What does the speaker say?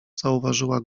zauważyła